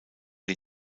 die